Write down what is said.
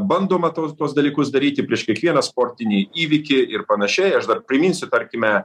bandoma tuos tuos dalykus daryti prieš kiekvieną sportinį įvykį ir panašiai aš dar priminsiu tarkime